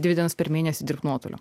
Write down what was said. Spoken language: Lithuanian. dvi dienas per mėnesį dirbt nuotoliu